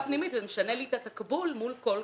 זה משנה לי את התקבול מול כל קופה,